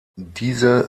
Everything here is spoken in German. diese